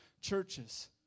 churches